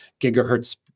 gigahertz